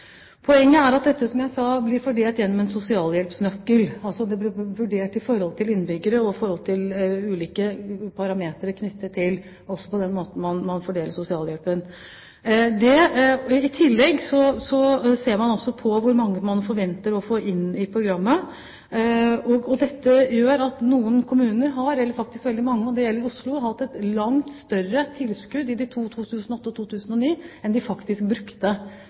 som jeg sa, at dette blir fordelt gjennom en sosialhjelpsnøkkel. Altså: Det blir vurdert i forhold til innbyggere og i forhold til ulike parametre knyttet til den måten man fordeler sosialhjelpen på. I tillegg ser man altså på hvor mange man forventer å få inn i programmet. Dette gjør at veldig mange kommuner – også Oslo – har hatt et langt større tilskudd i 2008 og 2009 enn de faktisk brukte.